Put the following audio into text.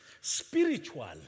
spiritual